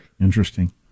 Interesting